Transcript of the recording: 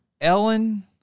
Ellen